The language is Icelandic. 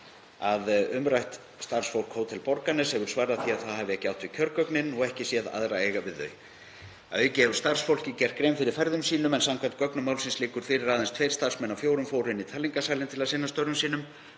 að umrætt starfsfólk Hótels Borgarness hafi svarað því til að það hafi ekki átt við kjörgögnin og ekki séð aðra eiga við þau. Að auki hefur starfsfólkið gert grein fyrir ferðum sínum en samkvæmt gögnum málsins liggur fyrir að aðeins tveir starfsmenn af fjórum fóru inn í talningarsalinn til að sinna störfum sínum.